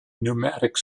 pneumatic